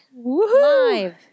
Live